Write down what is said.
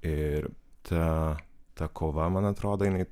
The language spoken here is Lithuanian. ir tą ta kova man atrodo jinai